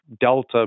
delta